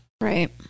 Right